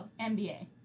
NBA